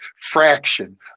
fraction